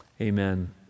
Amen